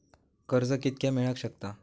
कर्ज कितक्या मेलाक शकता?